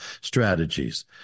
strategies